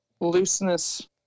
looseness